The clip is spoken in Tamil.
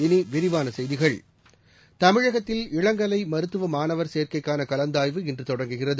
இனி விரிவான செய்திகள் தமிழகத்தில் இளங்கலை மருத்துவ மாணவர் சேர்க்கைக்கான கலந்தாய்வு இன்று தொடங்குகிறது